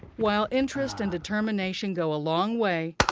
while interest and determination go a long way,